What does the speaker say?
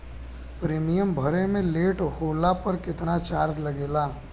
Premium भरे मे late होला पर केतना चार्ज लागेला?